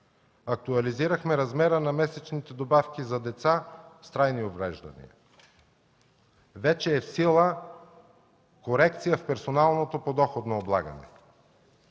Актуализирахме размера на месечните добавки за деца с трайни увреждания. Вече е в сила корекция в персоналното подоходно облагане.